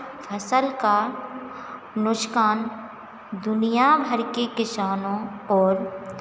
फसल का नुकसान दुनियाँ भर के किसानों और